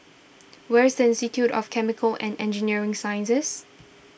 where is Institute of Chemical and Engineering Sciences